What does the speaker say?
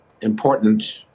important